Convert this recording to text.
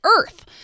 Earth